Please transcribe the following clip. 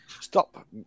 stop